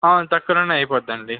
తక్కువలోనే అయిపోద్ది అండి